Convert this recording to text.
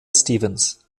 stevens